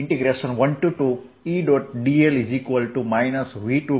12E